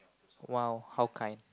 !wow! how kind